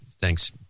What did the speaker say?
Thanks